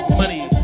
money